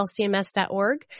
lcms.org